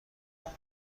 آخیش